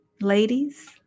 ladies